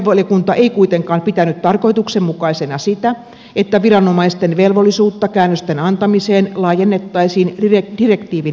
lakivaliokunta ei kuitenkaan pitänyt tarkoituksenmukaisena sitä että viranomaisten velvollisuutta käännösten antamiseen laajennettaisiin direktiivin edellyttämästä